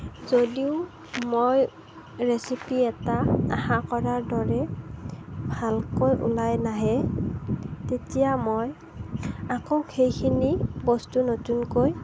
যদিও মই ৰেচিপি এটা আশা কৰাৰ দৰে ভালকৈ ওলাই নাহে তেতিয়া মই আকৌ সেইখিনি বস্তু নতুনকৈ